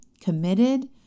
committed